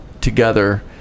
together